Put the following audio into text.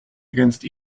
against